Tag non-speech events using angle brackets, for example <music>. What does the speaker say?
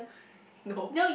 <laughs> no